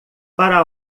para